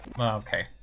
Okay